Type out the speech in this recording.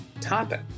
topic